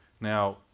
Now